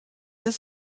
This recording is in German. ist